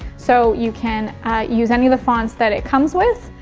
so you can use any of the fonts that it comes with.